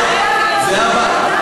זהבה,